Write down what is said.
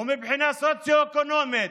ומבחינה סוציו-אקונומית.